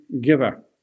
giver